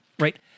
Right